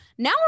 Now